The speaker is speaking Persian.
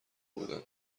بودند